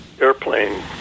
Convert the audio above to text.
airplane